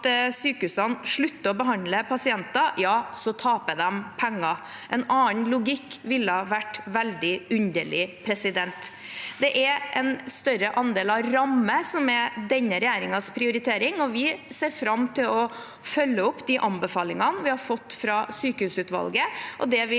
sykehusene slutter å behandle pasienter, taper de penger. En annen logikk ville vært veldig underlig. Det er en større andel av rammer som er denne regjeringens prioritering. Vi ser fram til å følge opp de anbefalingene vi har fått fra sykehusutvalget, og det vil